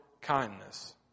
kindness